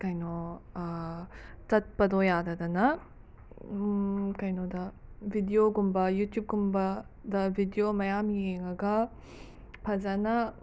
ꯀꯩꯅꯣ ꯆꯠꯄꯗꯣ ꯌꯥꯗꯗꯅ ꯀꯩꯅꯣꯗ ꯚꯤꯗꯤꯌꯣꯒꯨꯝꯕ ꯌꯨꯇ꯭ꯌꯨꯕꯀꯨꯝꯕꯗ ꯚꯤꯗꯤꯌꯣ ꯃꯌꯥꯝ ꯌꯦꯡꯉꯒ ꯐꯖꯅ